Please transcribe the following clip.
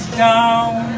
down